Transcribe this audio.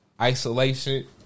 isolation